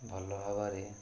ଭଲ ଭାବରେ